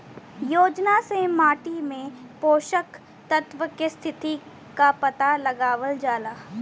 योजना से माटी में पोषक तत्व के स्थिति क पता लगावल जाला